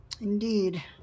Indeed